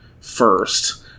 first